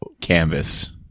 canvas